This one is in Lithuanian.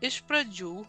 iš pradžių